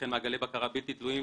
מעגלי בקרה בלתי תלויים,